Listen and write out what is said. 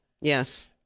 yes